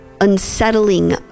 unsettling